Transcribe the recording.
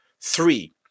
Three